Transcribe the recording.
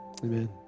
Amen